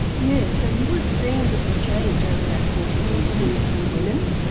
yes, so you would have seen a change over that forty years in women.